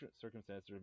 circumstances